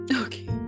Okay